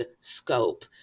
scope